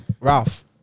Ralph